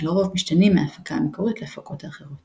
שלרוב משתנים מההפקה המקורית להפקות האחרות.